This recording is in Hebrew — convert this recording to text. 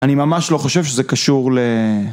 אני ממש לא חושב שזה קשור ל...